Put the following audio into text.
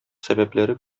сәбәпләре